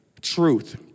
Truth